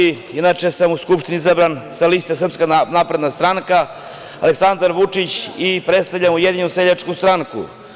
Inače sam u Skupštini izabran sa liste SNS – Aleksandar Vučić i predstavljam Ujedinjenu seljačku stranku.